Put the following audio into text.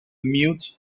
mute